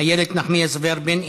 איילת נחמיאס ורבין,